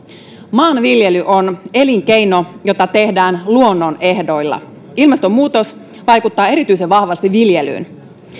maanviljely on elinkeino jota tehdään luonnon ehdoilla ilmastonmuutos vaikuttaa erityisen vahvasti viljelyyn